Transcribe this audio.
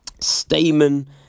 Stamen